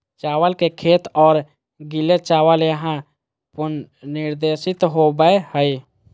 चावल के खेत और गीले चावल यहां पुनर्निर्देशित होबैय हइ